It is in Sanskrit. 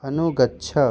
अनुगच्छ